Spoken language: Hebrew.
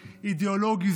אידיאולוגי,